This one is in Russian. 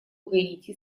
гаити